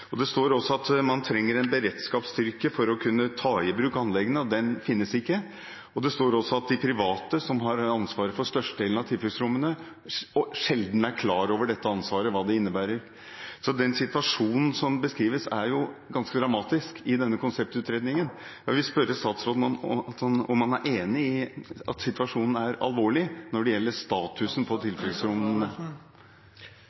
Det står også at man trenger en beredskapsstyrke for å kunne ta i bruk anleggene, og den finnes ikke, og det står også at de private som har ansvar for størstedelen av tilfluktsrommene, sjelden er klar over dette ansvaret og hva det innebærer. Så den situasjonen som beskrives, er ganske dramatisk i denne konseptutredningen. Jeg vil spørre statsråden om han er enig i at situasjonen er alvorlig når det gjelder statusen på tilfluktsrommene. Norge har i dag 25 000 tilfluktsrom med plass til